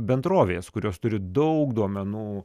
bendrovės kurios turi daug duomenų